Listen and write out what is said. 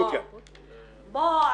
בוא,